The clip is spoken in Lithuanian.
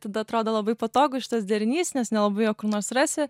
tada atrodo labai patogu šitas derinys nes nelabai jo kur nors rasi